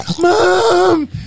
Mom